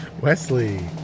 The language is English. Wesley